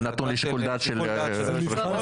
זה --- זה נתון לשיקול דעת של יושב ראש הוועדה?